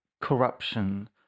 corruption